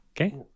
okay